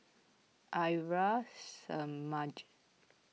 Arya Samaj